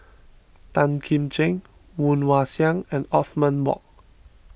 Tan Kim Ching Woon Wah Siang and Othman Wok